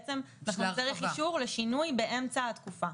בעצם אנחנו נצטרך אישור לשינוי באמצע התקופה.